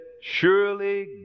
surely